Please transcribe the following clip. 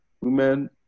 Women